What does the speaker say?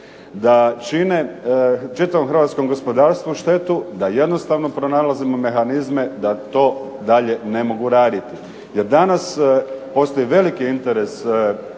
da čine čitavom hrvatskom gospodarstvu štetu, da jednostavno pronalazimo mehanizme da to dalje ne mogu raditi. Jer danas postoji veliki interes